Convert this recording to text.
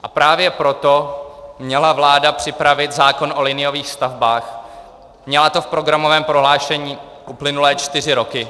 A právě proto měla vláda připravit zákon o liniových stavbách, měla to v programovém prohlášení uplynulé čtyři roky.